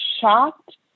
shocked